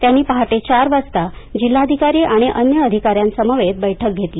त्यांनी पहाटे चार वाजता जिल्हाधिकारी आणि अन्य अधिकाऱ्यांसमवेत बैठक घेतली